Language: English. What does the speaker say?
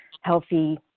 healthy